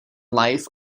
life